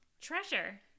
Treasure